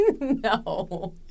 No